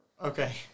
Okay